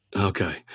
Okay